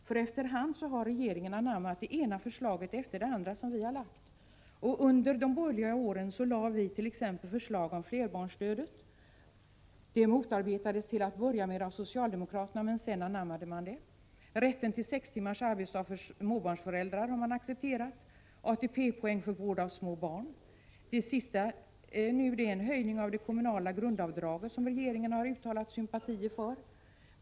För efter hand har regeringen anammat det ena förslaget efter det andra av dem som vi har lagt fram. Under åren 1976—1982 lade vit.ex. fram förslag om flerbarnsstödet. Det motarbetades till att börja med av socialdemokraterna, men sedan anammade man det. Rätten till sex timmars arbetsdag för småbarnsföräldrar har man accepterat, ATP-poäng för vård av småbarn likaså. Det senaste förslaget gäller höjning av det kommunala grundavdraget, som regeringen har uttalat sympatier för.